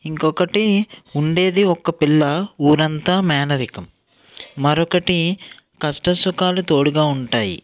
ఇంకోకటి ఉండేది ఒక్క పిల్ల ఊరంతా మేనరికం మరొకటి కష్టసుఖాలు తోడుగా ఉంటాయి